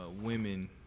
women